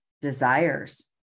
desires